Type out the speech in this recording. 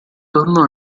tornò